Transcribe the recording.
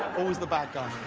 always the bad guy.